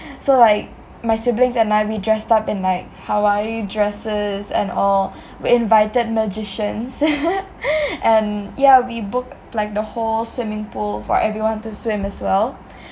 so like my siblings and I we dressed up in like hawaii dresses and all we invited magicians and yah we booked like the whole swimming pool for everyone to swim as well